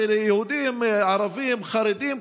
זה ליהודים, לערבים, לחרדים.